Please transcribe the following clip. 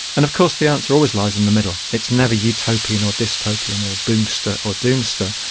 and of course the answer always lies in the middle, it's never utopian or dystopian or boomster or doomster,